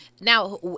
Now